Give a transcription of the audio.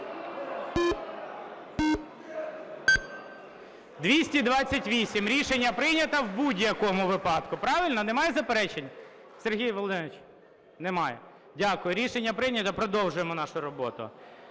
За-228 Рішення прийнято в будь-якому випадку. Правильно? Немає заперечень, Сергію Володимировичу? Немає. Дякую. Рішення прийнято. Продовжуємо нашу роботу.